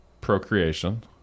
procreation